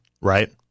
right